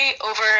over